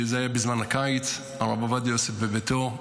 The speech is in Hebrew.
זה היה בזמן הקיץ, הרב עובדיה יוסף בביתו,